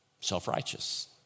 self-righteous